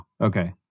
Okay